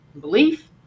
belief